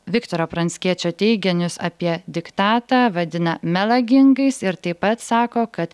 viktoro pranckiečio teiginius apie diktatą vadina melagingais ir taip pat sako kad